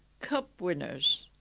cup winners,